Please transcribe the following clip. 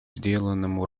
сделанному